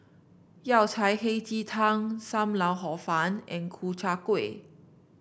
Yao Cai Hei Ji Tang Sam Lau Hor Fun and Ku Chai Kuih